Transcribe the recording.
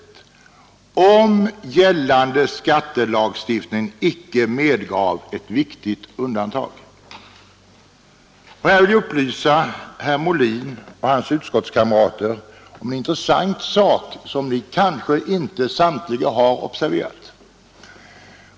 Detta om gällande skattelagstiftning icke medgav ett viktigt undantag. Och här vill jag upplysa herr Molin och hans utskottskamrater om en intressant sak, som kanske inte samtliga har observerat.